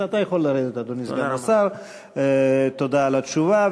אתה יכול לרדת, אדוני סגן השר, תודה על התשובה.